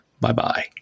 bye-bye